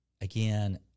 again